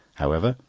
however,